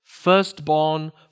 firstborn